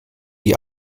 die